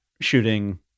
shooting